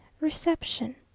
Reception